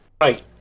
Right